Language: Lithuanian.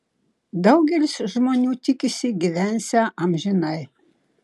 daugelis žmonių tikisi gyvensią amžinai